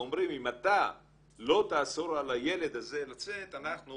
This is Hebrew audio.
אומרים, אם אתה לא תאסור על הילד הזה לצאת, אנחנו